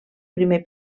primer